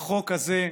החוק הזה,